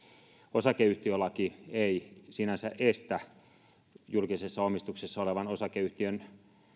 osakeyhtiölaki ei sinänsä estä julkisessa omistuksessa olevaa osakeyhtiötä